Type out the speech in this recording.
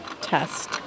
test